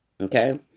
Okay